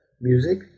music